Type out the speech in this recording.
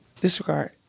Disregard